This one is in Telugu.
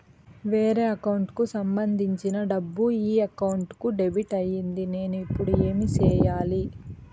వేరే అకౌంట్ కు సంబంధించిన డబ్బు ఈ అకౌంట్ కు డెబిట్ అయింది నేను ఇప్పుడు ఏమి సేయాలి